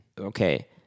Okay